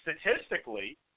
statistically